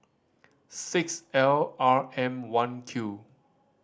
six L R M One Q